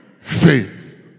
faith